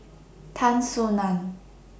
Tan Soo NAN